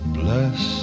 bless